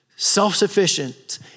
self-sufficient